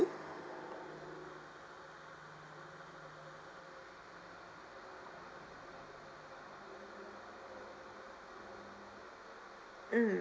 mm